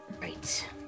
right